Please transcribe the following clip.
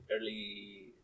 early